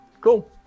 Cool